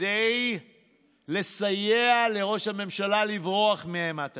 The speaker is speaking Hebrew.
כדי לסייע לראש הממשלה לברוח מאימת הדין?